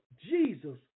Jesus